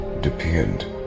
depend